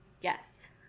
Yes